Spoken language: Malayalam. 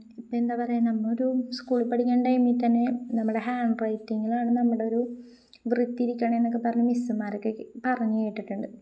ഇപ്പോള് എന്താണ് പറയുക നമ്മളൊരു സ്കൂളിൽ പഠിക്കുന്ന ടൈമിൽ തന്നെ നമ്മുടെ ഹാൻഡ്റൈറ്റിങ്ങിലാണ് നമ്മുടെയൊരു വൃത്തിയിരിക്കുന്നതെന്നൊക്കെ പറഞ്ഞ് മിസ്മാരൊക്കെ പറഞ്ഞുകേട്ടിട്ടുണ്ട്